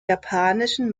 japanischen